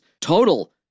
total